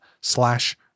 slash